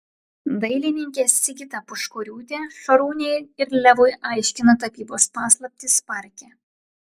dailininkė sigita puškoriūtė šarūnei ir levui aiškina tapybos paslaptis parke